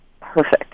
perfect